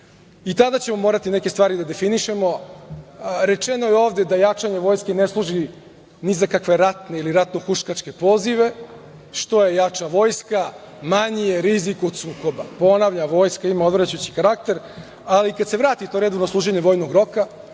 i tada ćemo morati neke stvari da definišemo. Rečeno je ovde da jačanje vojske ne služi ni za kakve ratne ili ratno-huškačke pozive - što je jača vojska, manji je rizik od sukoba. Ponavljam, vojska ima odvraćajući karakter, ali kada se vrati to redovno služenje vojnog roka